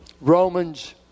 Romans